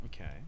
Okay